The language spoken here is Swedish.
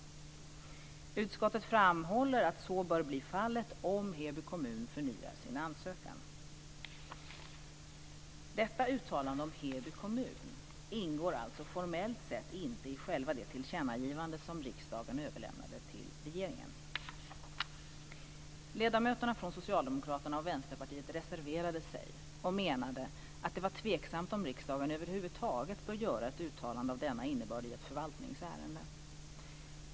Utskottet framhåller att så bör bli fallet om Heby kommun förnyar sin ansökan. Detta uttalande om Heby kommun ingår alltså formellt sett inte i själva det tillkännagivande som riksdagen överlämnade till regeringen. Ledamöterna från Socialdemokraterna och Vänsterpartiet reserverade sig och menade att det var tveksamt om riksdagen över huvud taget bör göra ett uttalande av denna innebörd i ett förvaltningsärende.